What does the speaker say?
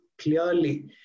clearly